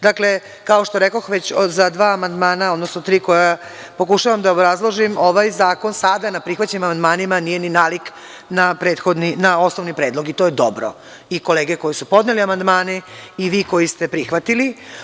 Dakle, kao što rekoh već za dva amandmana, odnosno tri koja pokušavam da obrazložim ovaj zakon sada sa prihvaćenim amandmanima nije ni nalik na osnovni predlog i to je dobro i kolege koje su podnele amandmane i vi koji ste prihvatili.